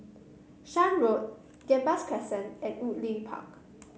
Shan Road Gambas Crescent and Woodleigh Park